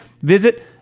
Visit